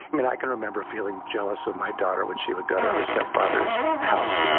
mean, i can remember feeling jealous of my daughter when she would go to her stepfather's house.